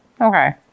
Okay